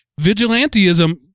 Vigilantism